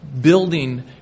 building